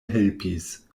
helpis